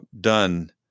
done